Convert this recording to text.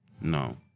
No